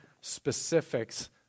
specifics